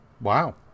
wow